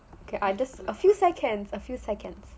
okay I just a few seconds a few seconds